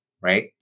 right